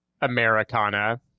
Americana